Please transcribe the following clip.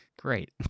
great